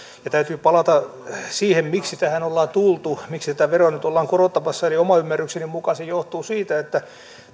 ja täytyy palata siihen miksi tähän ollaan tultu miksi tätä veroa nyt ollaan korottamassa oman ymmärrykseni mukaan se johtuu siitä että